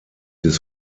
des